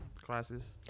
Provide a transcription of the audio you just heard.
classes